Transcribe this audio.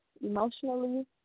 emotionally